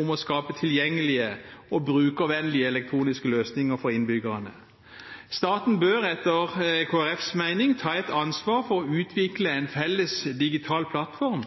om å skape tilgjengelige og brukervennlige elektroniske løsninger for innbyggerne. Staten bør etter Kristelig Folkepartis mening ta et ansvar for å utvikle en felles digital plattform